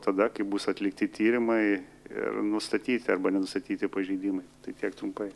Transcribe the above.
tada kai bus atlikti tyrimai ir nustatyti arba nenustatyti pažeidimai tai tiek trumpai